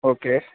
okay